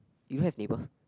you have neighbour